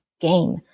game